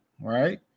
right